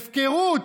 הפקרות?